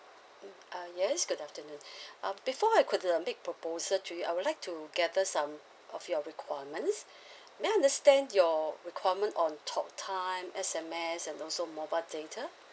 mm uh yes good afternoon uh before I could uh make proposal to you I would like to gather some of your requirements may I understand your requirement on talk time S_M_S and also mobile data